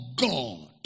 God